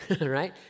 Right